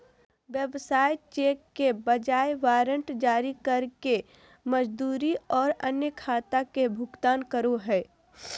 व्यवसाय चेक के बजाय वारंट जारी करके मजदूरी और अन्य खाता के भुगतान करो हइ